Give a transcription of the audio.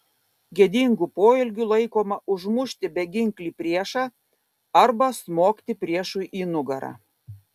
gėdingu poelgiu laikoma užmušti beginklį priešą arba smogti priešui į nugarą